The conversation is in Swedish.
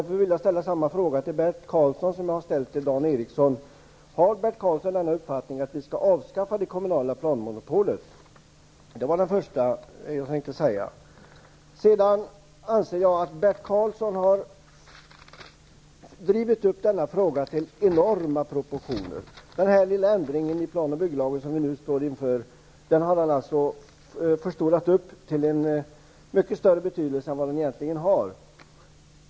Därför vill jag ställa samma fråga till Bert Karlsson som jag ställde till Dan Eriksson i Stockholm. Har Bert Karlsson uppfattningen att det kommunala planmonopolet skall avskaffas? Jag anser att Bert Karlsson har drivit upp denna fråga till enorma proportioner. Den lilla ändringen i plan och bygglagen som vi nu står inför har han gett en större betydelse än vad den egentligen har.